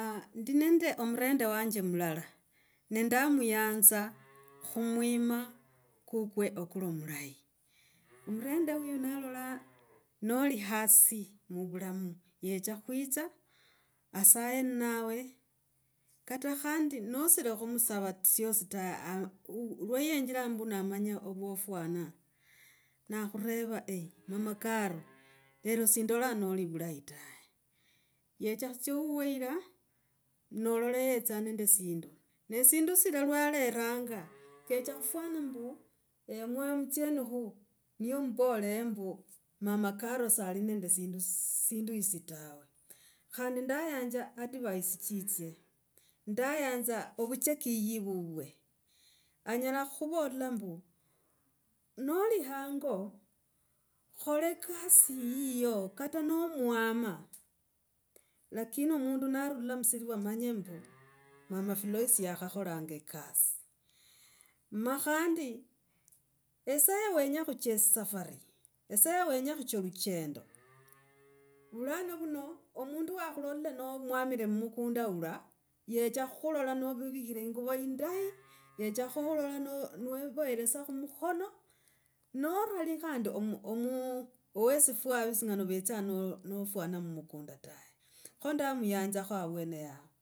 ndi nende omurende wanje mulala ne ndamuyanza khu mwima kwikwe okuli mulayi. Murende oyu nalola noli hasi muvulamu yecha khwitsa asaye ninawe kata khandi nosiri khumusava syosi tawe, aah, lwe yenjira mbu namanya ovwo mwofana. Nakhureva mama caro lero sendolaa noli vulayi ta. Yecha khutsia ewuwe iraa, nolola yetsa nende sindu, ne esindu sino lwe aleranga. Kecha khufwana no omwoyo mutsienikhu niye ombol mbu mama caro sali nende sindu, sindu isi tawe khandi ndayanza advice tsitye. Ndayanza ovuchekii vwivwe, anyela kuvola mbu noli hango khola ekasi yiyo kata no omwama. Lakini mundu nalula musilivwa amanye mbu mama fu. Loice yakhakholanga ekasi. Ma khandi saa yawenya khuchaa esafari, esaa yawenya khuchaa luchendo, vulano luno omundu wa khulolile nomwamire mukunda ula yecha khukhulola novivire inguvo yindayi. Yecha khukhulola niwevoire esaa khumukhono norali khandi omu, omu we sifwavi singana ovetsa nofwana mukunda tae kho ndamuyanza avwene yaha.